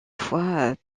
fois